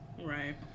right